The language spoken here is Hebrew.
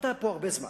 אתה פה הרבה זמן.